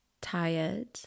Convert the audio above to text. tired